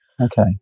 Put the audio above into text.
Okay